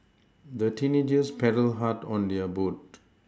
the teenagers paddled hard on their boat